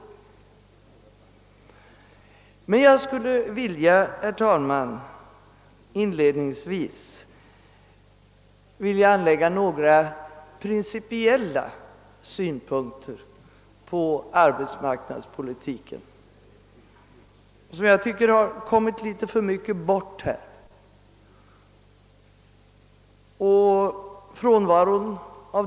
Inledningsvis skulle jag emellertid, herr talman, vilja anlägga några principiella synpunkter på arbetsmarknadspolitiken, vilka jag tycker kommit litet i skymundan.